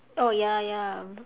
oh ya ya